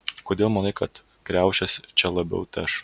kodėl manai kad kriaušės čia labiau teš